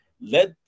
Let